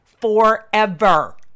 forever